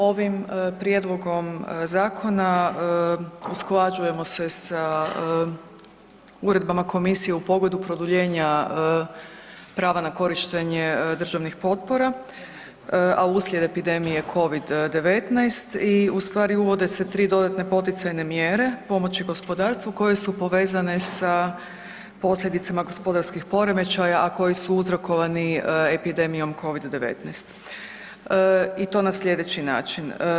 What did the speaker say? Ovim prijedlogom zakona usklađujemo se sa uredbama komisije u pogledu produljenja prava na korištenje državnih potpora, a uslijed epidemije Covid-19 i u stvari uvode se 3 dodatne poticajne mjere pomoći gospodarstvu koje su povezane sa posljedicama gospodarskih poremećaja, a koji su uzrokovani epidemijom Covid-19 i to na slijedeći način.